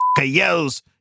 yells